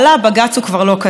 בג"ץ הוא כבר לא כזה.